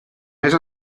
més